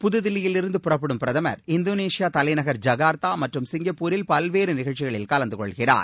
புதுதில்லியிலிருந்து புறப்படும் பிரதம் இந்தோனேஷியா தலைநக் ஜகார்த்தா மற்றும் சிங்கப்பூரில் பல்வேறு நிகழ்ச்சிகளில் கலந்து கொள்கிறார்